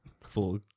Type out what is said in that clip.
full